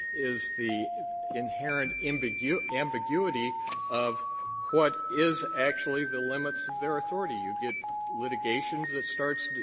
is the inherent ambiguity ambiguity of what is actually the limits of their authority. you get litigations that start